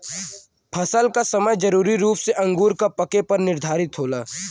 फसल क समय जरूरी रूप से अंगूर क पके पर निर्धारित होला